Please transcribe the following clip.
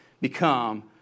become